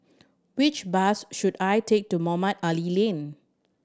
which bus should I take to Mohamed Ali Lane